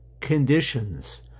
conditions